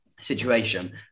situation